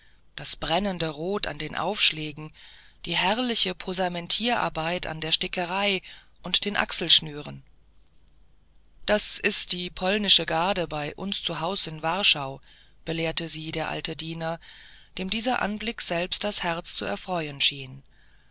das brennende rot an den aufschlägen die herrliche posamentierarbeit an der stickerei und den achselschnüren das ist die polnische garde bei uns zu haus in warschau belehrte sie der alte diener dem dieser anblick selbst das herz zu erfreuen schien